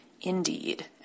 Indeed